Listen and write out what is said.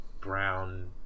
brown